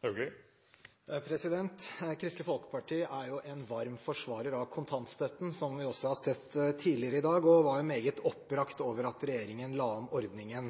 replikkordskifte. Kristelig Folkeparti er jo en varm forsvarer av kontantstøtten – som vi også har sett tidligere i dag – og var meget oppbrakt over at regjeringen la om ordningen.